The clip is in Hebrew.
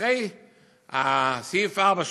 אחרי פסקה (4),